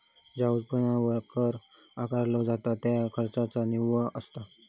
ज्या उत्पन्नावर कर आकारला जाता त्यो खर्चाचा निव्वळ असता